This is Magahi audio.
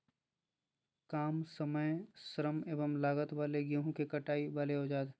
काम समय श्रम एवं लागत वाले गेहूं के कटाई वाले औजार?